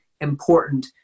important